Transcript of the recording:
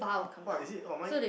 !woah! is it oh mine